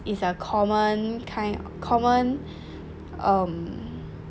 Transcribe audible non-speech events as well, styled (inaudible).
it's a common kind of common (breath) um